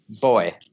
boy